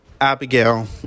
Abigail